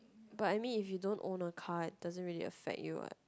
but I mean if you don't own a car it doesn't really affect you what